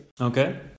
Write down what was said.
Okay